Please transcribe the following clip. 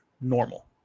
Normal